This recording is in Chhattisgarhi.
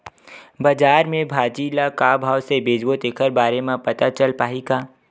बजार में भाजी ल का भाव से बेचबो तेखर बारे में पता चल पाही का?